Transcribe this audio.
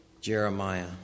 Jeremiah